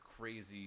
crazy